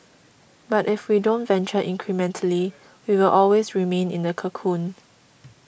but if we don't venture incrementally we will always remain in the cocoon